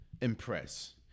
impress